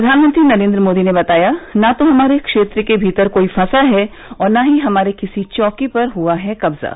प्रधानमंत्री नरेन्द्र मोदी ने बताया न तो हमारे क्षेत्र के भीतर कोई फंसा है और न ही हमारे किसी चौकी पर हुआ है कब्जा